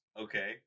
Okay